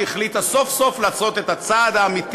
שהחליטה סוף-סוף לעשות את הצעד האמיתי